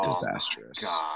disastrous